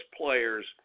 players